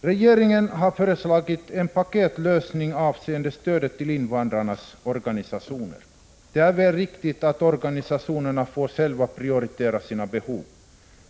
Regeringen har föreslagit en paketlösning avseende stödet till invandrarnas organisationer. Det är väl riktigt att organisationerna själva får prioritera sina behov.